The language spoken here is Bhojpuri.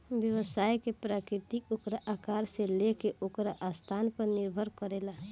व्यवसाय के प्रकृति ओकरा आकार से लेके ओकर स्थान पर निर्भर करेला